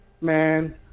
Man